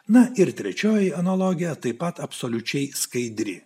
na ir trečioji analogija taip pat absoliučiai skaidri